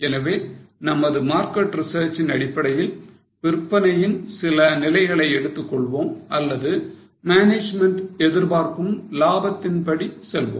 எனவே நமது market research இன் அடிப்படையில் விற்பனையின் சில நிலைகளை எடுத்துக் கொள்வோம் அல்லது management எதிர்பார்க்கும் லாபத்தின் படி செல்வோம்